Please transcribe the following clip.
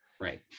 Right